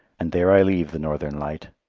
and there i leave the northern light,